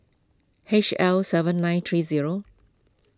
H L seven nine three zero